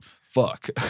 Fuck